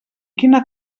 quina